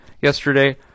yesterday